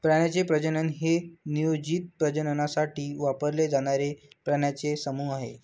प्राण्यांचे प्रजनन हे नियोजित प्रजननासाठी वापरले जाणारे प्राण्यांचे समूह आहे